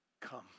come